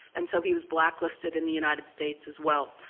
and so he was blacklisted in the united states as well.